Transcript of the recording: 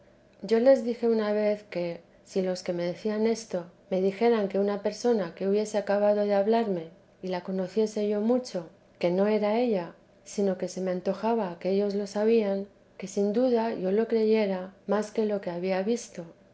yo les dije una vez que si los que me decían esto me dijeran que una persona que hubiese acabado de hablarme y la conociese yo mucho que no era ella sino que se me antojaba que ellos lo sabían que sin duda yo lo creyera más que lo que liabía visto